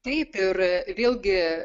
taip ir vėlgi